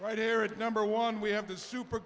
right here at number one we have the super